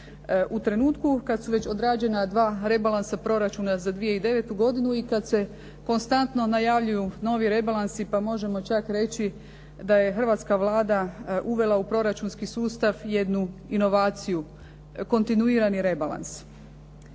u trenutku kad su već odrađena dva rebalansa proračuna za 2009. godinu i kad se konstantno najavljuju novi rebalansi pa možemo čak reći da je hrvatska Vlada uvela u proračunski sustav jednu inovaciju kontinuirani rebalans.